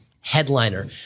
headliner